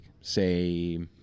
say